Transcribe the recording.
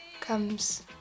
comes